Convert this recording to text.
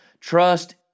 Trust